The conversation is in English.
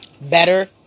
Better